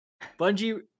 Bungie